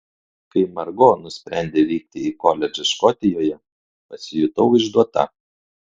kai margo nusprendė vykti į koledžą škotijoje pasijutau išduota